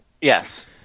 Yes